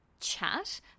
chat